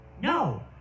No